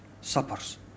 suppers